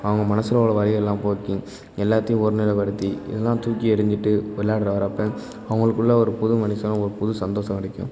அவங்க மனசில் உள்ள வலி எல்லாம் போக்கி எல்லாத்தையும் ஒருநிலைப்படுத்தி இதெலாம் தூக்கி எறிஞ்சுட்டு விள்ளாட்ற வர்றப்போ அவங்களுக்குள்ள ஒரு புது மனுஷனா ஒரு புது சந்தோஷம் கிடைக்கும்